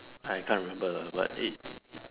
I can't remember but it